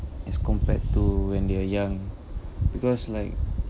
as compared to when they're young because like